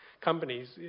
companies